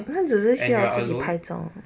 他们只是许要自己拍照